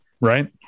right